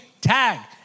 tag